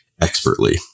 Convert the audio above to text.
expertly